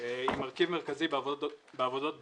היא מרכיב מרכזי בעבודות בנייה,